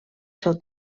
seu